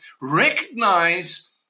recognize